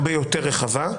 הרבה יו תר רחבה.